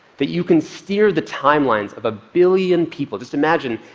that you can steer the timelines of a billion people just imagine,